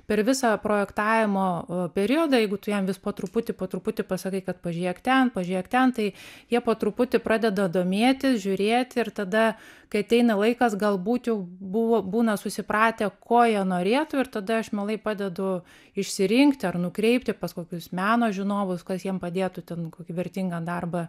per visą projektavimo periodą jeigu tu jam vis po truputį po truputį pasakai kad pažiūrėk ten pažiūrėk ten tai jie po truputį pradeda domėtis žiūrėti ir tada kai ateina laikas galbūt jau buvo būna susipratę ko jie norėtų ir tada aš mielai padedu išsirinkti ar nukreipti pas kokius meno žinovus kas jiems padėtų ten kokį vertingą darbą